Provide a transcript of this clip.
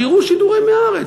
שיראו שידורים מהארץ.